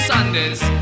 Sundays